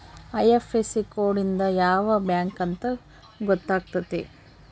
IFSC code ಇಂದ ಯಾವ bank ಅಂತ ಗೊತ್ತಾತತೆ